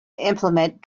implement